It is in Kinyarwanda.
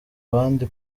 abandi